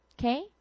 Okay